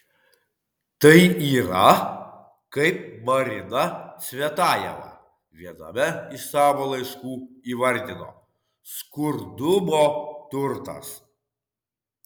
tai yra kaip marina cvetajeva viename iš savo laiškų įvardino skurdumo turtas